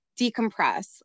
decompress